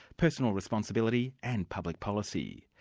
personal responsibility and public policy.